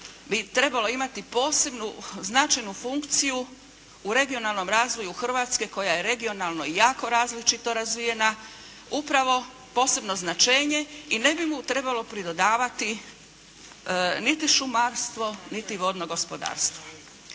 bi trebalo imati posebnu značajnu funkciju u regionalnom razvoju Hrvatske koja je regionalno jako različito razvijena upravo posebno značenje i ne bi mu trebalo pridodavati niti šumarstvo niti vodno gospodarstvo.